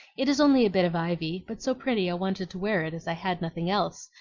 it is only a bit of ivy, but so pretty i wanted to wear it, as i had nothing else,